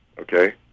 Okay